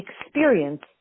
experience